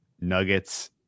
Nuggets